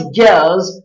girls